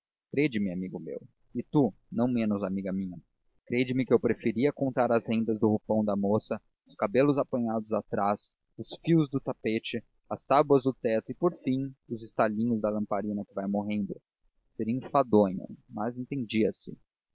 nome crede me amigo meu e tu não menos amiga minha crede me que eu preferia contar as rendas do roupão da moça os cabelos apanhados atrás os fios do tapete as tábuas do teto e por fim os estalinhos da lamparina que vai morrendo seria enfadonho mas entendia se